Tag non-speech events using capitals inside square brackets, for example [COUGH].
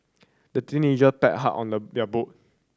the teenager paddled hard on the [UNINTELLIGIBLE]